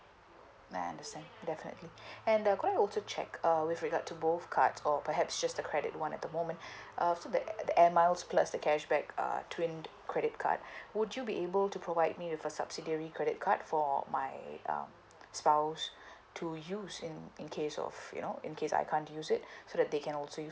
I understand definitely and uh could I also check uh with regard to both card or perhaps just the credit [one] at the moment uh so the a~ uh the air miles plus the cashback uh twin credit card would you be able to provide me with a subsidiary credit card for my um spouse to use in in case of you know in case I can't use it so that they can also use